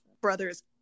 brother's